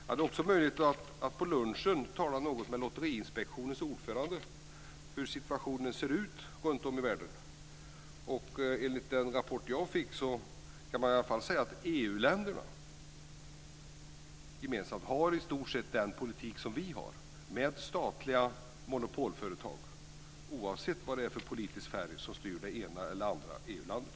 Jag hade möjlighet att på lunchen tala något med Lotteriinspektionens ordförande om hur situationen ser ut runtom i världen. Enligt den rapport jag fick kan man i alla fall säga att EU-länderna gemensamt har i stort sett den politik som vi har, med statliga monopolföretag oavsett vad det är för politisk färg som styr det ena eller det andra EU-landet.